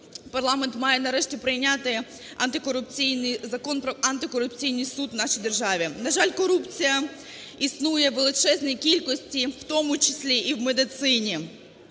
парламент має нарешті прийняти антикорупційний Закон про антикорупційний суд в нашій державі. На жаль, корупція існує в величезній кількості, в тому числі і в медицині.